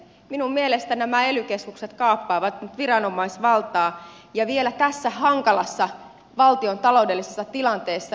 minun mielestäni nämä ely keskukset kaappaavat nyt viranomaisvaltaa ja vielä tässä hankalassa valtion taloudellisessa tilanteessa